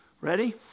Ready